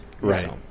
Right